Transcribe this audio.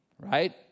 right